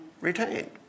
retained